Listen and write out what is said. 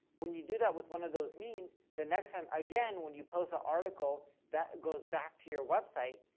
when you do that with one of those memes, the next time again when you post a article that goes back to your website,